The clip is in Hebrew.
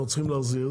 אנחנו צריכים להחזיר,